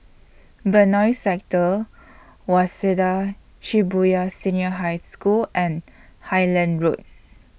Benoi Sector Waseda Shibuya Senior High School and Highland Road